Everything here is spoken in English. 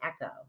echo